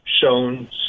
shown